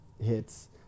hits